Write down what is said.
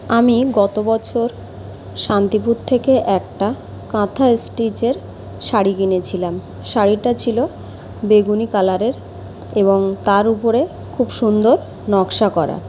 আমি গতবছর শান্তিপুর থেকে একটা কাঁথা স্টিচের শাড়ি কিনেছিলাম শাড়িটা ছিল বেগুনি কালারের এবং তার উপরে খুব সুন্দর নকশা করা